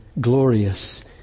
glorious